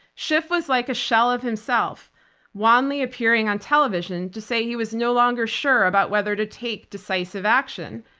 schiff was like a shell of himself wildly appearing on television to say he was no longer sure about whether to take decisive action.